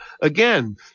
again